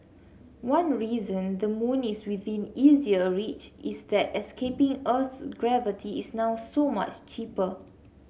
one reason the moon is within easier reach is that escaping earth's gravity is now so much cheaper